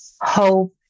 hope